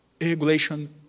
regulation